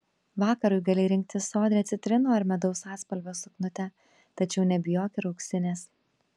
vakarui gali rinktis sodrią citrinų ar medaus atspalvio suknutę tačiau nebijok ir auksinės